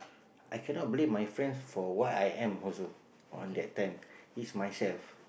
I cannot blame my friends for what I am also on that time is myself